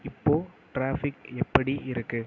இப்போ டிராஃபிக் எப்படி இருக்கு